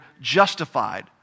justified